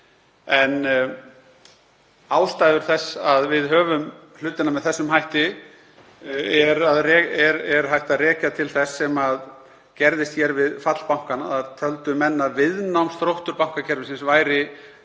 Ástæður þess að við höfum hlutina með þessum hætti má rekja til þess sem gerðist hér við fall bankanna. Þá töldu menn að viðnámsþróttur bankakerfisins væri